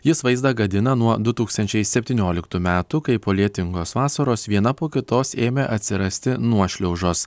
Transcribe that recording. jis vaizdą gadina nuo du tūkstančiai septynioliktų metų kai po lietingos vasaros viena po kitos ėmė atsirasti nuošliaužos